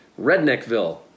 Redneckville